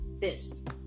fist